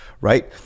Right